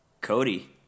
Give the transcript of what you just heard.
Cody